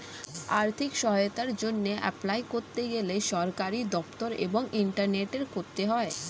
আর্থিক সহায়তার জন্যে এপলাই করতে গেলে সরকারি দপ্তর এবং ইন্টারনেটে করতে হয়